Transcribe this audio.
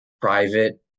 private